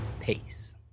Peace